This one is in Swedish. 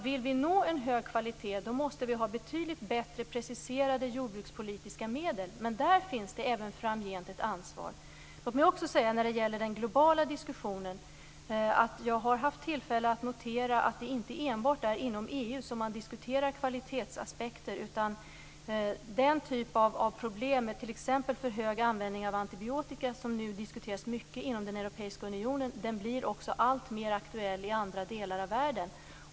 Vill vi nå en hög kvalitet måste vi ha betydligt bättre preciserade jordbrukspolitiska medel. Där finns det även framgent ett ansvar. När det gäller den globala diskussionen har jag haft tillfälle att notera att det inte enbart är inom EU som man diskuterar kvalitetsaspekter. Den typ av problem, t.ex. för hög användning av antibiotika, som nu diskuteras mycket inom den europeiska unionen blir också alltmer aktuell i andra delar av världen.